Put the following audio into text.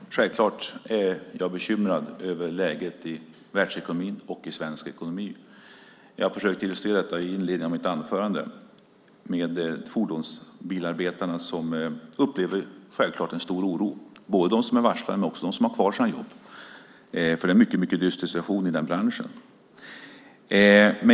Fru talman! Självklart är jag bekymrad över läget i världsekonomin och i svensk ekonomi. Jag försökte illustrera detta i inledningen av mitt anförande med fordonsindustriarbetarna som självklart upplever en stor oro, såväl de som är varslade som de som har kvar sina jobb, för det är en mycket dyster situation i den branschen.